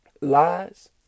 lies